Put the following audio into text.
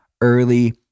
early